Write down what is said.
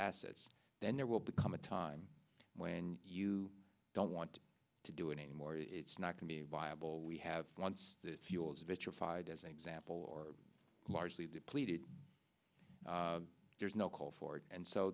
assets then there will become a time when you don't want to do it any more it's not going to be viable we have once the fuel is vitrified as an example or largely depleted there's no call for it and so